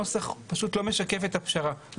הנוסח הוא פשוט לא משקף את הפשרה.